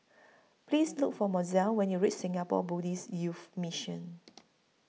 Please Look For Mozell when YOU REACH Singapore Buddhist Youth Mission